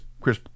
Chris